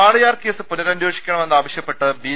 Walayar case പ്രുനരന്വേഷിക്കണം എന്നാവശ്യപ്പെട്ട് B